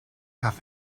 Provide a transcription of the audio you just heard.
half